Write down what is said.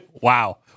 Wow